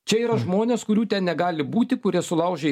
čia yra žmonės kurių ten negali būti kurie sulaužė